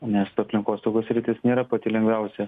nes aplinkosaugos sritis nėra pati lengviausia